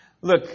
Look